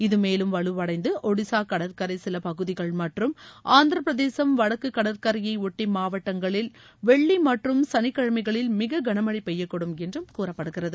இது மேலும் வலுவடைந்து ஒடிசா கடற்கரை சில பகுதிகள் மற்றும் ஆந்திர பிரதேசம் வடக்கு கடற்கரையை ஒட்டி மாவட்டங்களில் வெள்ளி மற்றும் சனிக்கிழமைகளில் மிக களமழை பெய்யக்கூடும் என்று கூறப்படுகிறது